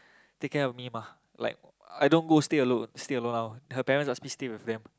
take care of me ma like I don't go stay alone stay alone one her parents ask me stay with them